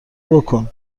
بکن